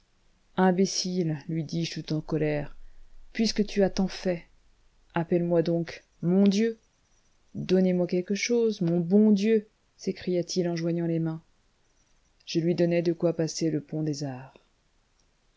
imbécile lui dis-je tout en colère puisque tu as tant fait appelle-moi donc mon dieu donnez-moi quelque chose mon bon dieu s'écria-t-il en joignant les mains je lui donnai de quoi passer le pont des arts